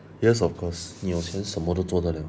yes of course 你有钱什么都做的 liao